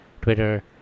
twitter